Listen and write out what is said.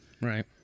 right